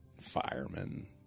firemen